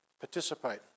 participate